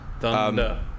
Thunder